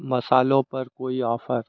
मसालो पर कोई ऑफर